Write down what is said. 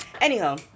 Anyhow